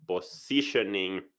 positioning